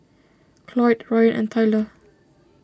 Cloyd Rayan and Tylor